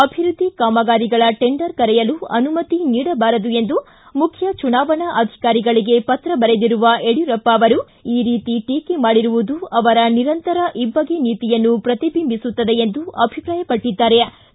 ಅಭಿವೃದ್ಲಿ ಕಾಮಗಾರಿಗಳ ಟೆಂಡರ್ ಕರೆಯಲು ಅನುಮತಿ ನೀಡಬಾರದು ಎಂದು ಮುಖ್ಯ ಚುನಾವಣಾ ಅಧಿಕಾರಿಗಳಿಗೆ ಪತ್ರ ಬರೆದಿರುವ ಯಡಿಯೂರಪ್ಪ ಅವರು ಈ ರೀತಿ ಟೀಕೆ ಮಾಡಿರುವುದು ಅವರ ನಿರಂತರ ಇಬ್ಬಗೆ ನೀತಿಯನ್ನು ಪ್ರತಿಬಿಂಬಿಸುತ್ತದೆ ಎಂದು ಅಭಿಪ್ರಾಯಪಟ್ಟದ್ಗಾರೆ